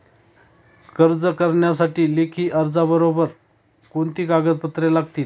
कर्ज करण्यासाठी लेखी अर्जाबरोबर कोणती कागदपत्रे लागतील?